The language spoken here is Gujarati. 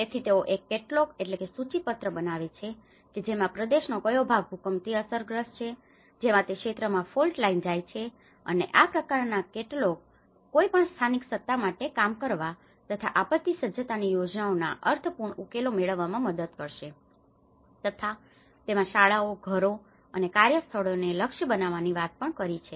તેથી તેઓ એક કેટેલોગ catelog સૂચિપત્ર બનાવે છે કે જેમાં પ્રદેશનો કયો ભાગ ભૂકંપથી અસરગ્રસ્ત છે જેમાં તે ક્ષેત્રમાં ફોલ્ટ લાઇન જાય છે અને આ પ્રકારના કેટેલોગ catelog સૂચિપત્ર કોઈ પણ સ્થાનિક સત્તા માટે કામ કરવા માટે તથા આપત્તિ સજ્જતાની યોજનાઓના અર્થપૂર્ણ ઉકેલો મેળવવામાં મદદ કરશે તથા તેમાં શાળાઓ ઘરો અને કાર્યસ્થળોને લક્ષ્ય બનાવવાની વાત પણ કરી છે